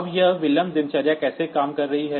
अब यह विलंब दिनचर्या कैसे काम कर रही है